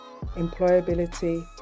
employability